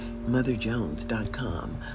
motherjones.com